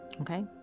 Okay